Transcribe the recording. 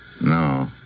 No